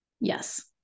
Yes